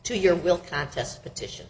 to your will contest petition